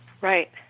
Right